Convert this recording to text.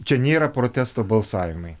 čia nėra protesto balsavimai